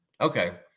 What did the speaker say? Okay